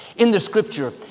in the scripture,